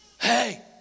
Hey